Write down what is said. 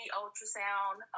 ultrasound